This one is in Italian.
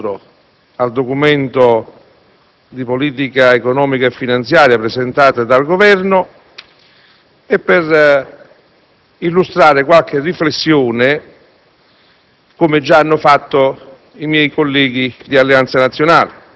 intervengo per preannunciare il voto contrario al Documento di programmazione economico-finanziaria presentato dal Governo e per illustrare qualche riflessione,